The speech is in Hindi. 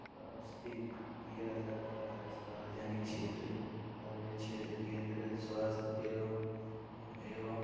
उपस्थित किया जाता है सार्वजनिक क्षेत्र सार्वजनिक क्षेत्र केन्द्र स्वास्थय एवम एवम